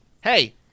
Hey